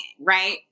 right